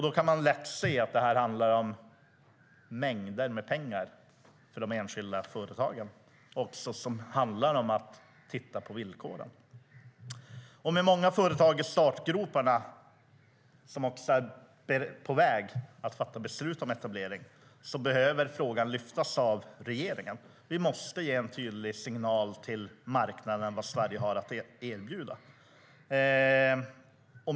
Då kan man lätt se att det handlar om mängder med pengar för de enskilda företagen och om att titta på villkoren. I och med att många företag är i startgroparna och är på väg att fatta beslut om etablering behöver frågan lyftas av regeringen. Vi måste ge en tydlig signal till marknaden om vad Sverige har att erbjuda.